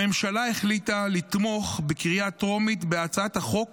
הממשלה החליטה לתמוך בקריאה טרומית בהצעת החוק